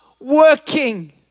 working